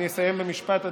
אני אסיים במשפט.